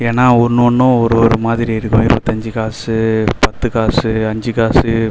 ஏன்னா ஒன்று ஒன்றும் ஒரு ஒரு மாதிரி இருக்கும் இருபத்தஞ்சி காசு பத்து காசு அஞ்சு காசு